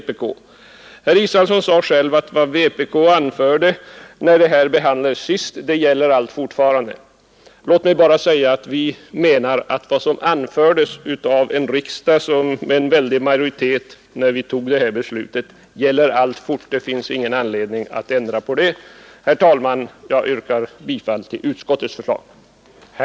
Herr Israelsson sade själv att vad vpk anförde när den här frågan behandlades senast fortfarande gäller. Låt mig bara säga att vi menar att vad som anfördes av en riksdag som med en väldig majoritet fattade beslutet den gången gäller alltfort. Det finns ingen anledning att ändra på det. Herr talman! Jag yrkar bifall till utskottets hemställan.